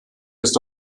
ist